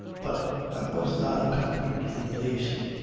but i was not comforted in the least.